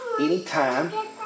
anytime